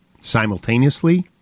simultaneously